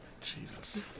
Jesus